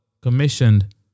commissioned